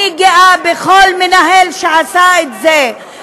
אני גאה בכל מנהל שעשה את זה,